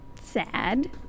sad